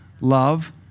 love